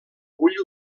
vull